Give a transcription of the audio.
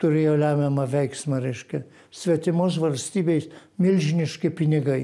turėjo lemiamą veiksmą reiškia svetimos valstybės milžiniški pinigai